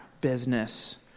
business